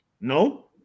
No